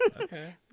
Okay